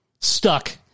stuck